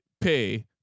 pay